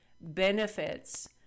benefits